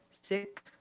sick